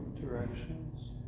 Directions